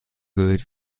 geölt